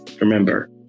Remember